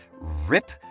rip